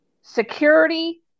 security